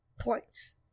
points